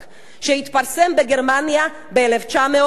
שהתפרסם בגרמניה ב-1933.